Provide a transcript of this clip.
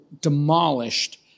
demolished